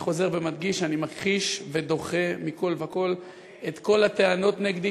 אני חוזר ומדגיש שאני מכחיש ודוחה מכול וכול את כל הטענות נגדי,